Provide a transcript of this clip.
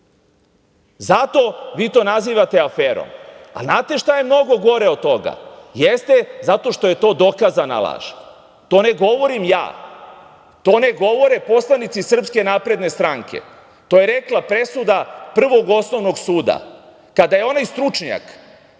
zato vi to nazivate aferom. A znate šta je mnogo gore od toga? Zato što je to dokazana laž. To ne govorim ja, to ne govore poslanici SNS, to je rekla presuda Prvog osnovnog suda kada je onaj stručnjak